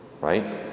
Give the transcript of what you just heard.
Right